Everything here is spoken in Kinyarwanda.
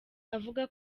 avuga